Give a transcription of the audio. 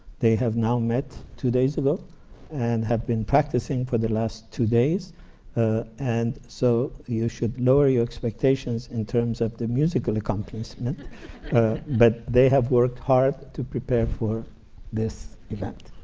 they have now met two days ago and have been practicing for the last two days ah and so you should lower your expectations in terms of the musical accomplishment but they have worked hard to prepare for this event.